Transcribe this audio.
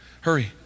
hurry